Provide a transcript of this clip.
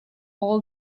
all